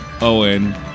Owen